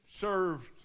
served